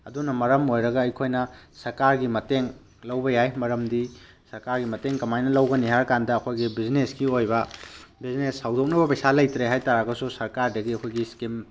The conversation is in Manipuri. ꯑꯗꯨꯅ ꯃꯔꯝ ꯑꯣꯏꯔꯒ ꯑꯩꯈꯣꯏꯅ ꯁ꯭ꯔꯀꯥꯔꯒꯤ ꯃꯇꯦꯡ ꯂꯧꯕ ꯌꯥꯏ ꯃꯔꯝꯗꯤ ꯁ꯭ꯔꯀꯥꯔꯒꯤ ꯃꯇꯦꯡ ꯀꯃꯥꯏꯅ ꯂꯧꯒꯅꯤ ꯍꯥꯏꯔꯀꯥꯟꯗ ꯑꯩꯈꯣꯏꯒꯤ ꯕꯤꯖꯤꯅꯦꯁꯀꯤ ꯑꯣꯏꯕ ꯕꯤꯖꯤꯅꯦꯁ ꯍꯧꯗꯤꯛꯅꯕ ꯄꯩꯁꯥ ꯂꯩꯇ꯭ꯔꯦ ꯍꯥꯏ ꯇꯥꯔꯒꯁꯨ ꯁ꯭ꯔꯀꯥꯔꯗꯒꯤ ꯑꯩꯈꯣꯏꯒꯤ ꯏꯁꯀꯤꯝ